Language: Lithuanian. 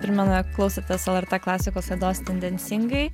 primenu jog klausotės lrt klasikos laidos tendencingai